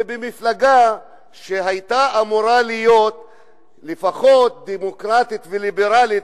ובמפלגה שהיתה אמורה להיות לפחות דמוקרטית וליברלית,